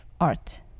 art